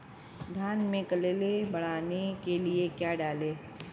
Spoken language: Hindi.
धान में कल्ले बढ़ाने के लिए क्या डालें?